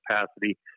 capacity